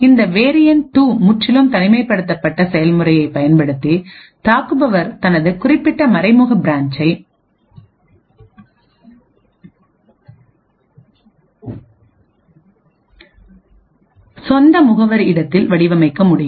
இந்த வேரியண்ட் 2 முற்றிலும் தனிமைப்படுத்தப்பட்ட செயல்முறையைப் பயன்படுத்தி தாக்குபவர் தனது குறிப்பிட்ட மறைமுக பிரான்சை சொந்த முகவரி இடத்தில் வடிவமைக்க முடியும்